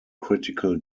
critical